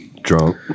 Drunk